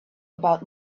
about